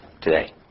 today